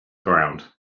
ground